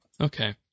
Okay